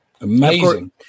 amazing